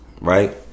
right